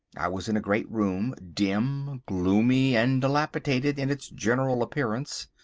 i was in a great room, dim, gloomy, and dilapidated in its general appearance,